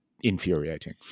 Infuriating